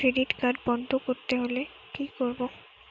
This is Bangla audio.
ক্রেডিট কার্ড বন্ধ করতে হলে কি করব?